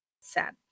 sad